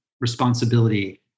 responsibility